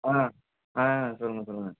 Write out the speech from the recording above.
ஆ ஆ சொல்லுங்கள் சொல்லுங்கள்